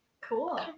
Cool